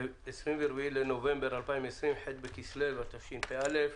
היום יום שלישי ח' בכסלו התשפ"א,